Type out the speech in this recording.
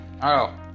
alors